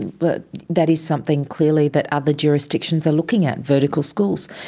but that is something clearly that other jurisdictions are looking at, vertical schools.